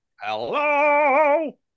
Hello